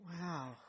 Wow